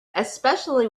especially